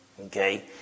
Okay